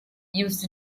used